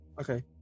Okay